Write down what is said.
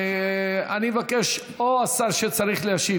אני מבקש שייכנסו או השר שצריך להשיב